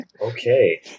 okay